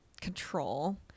Control